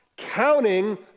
Counting